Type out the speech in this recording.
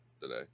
today